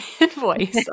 invoice